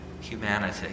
humanity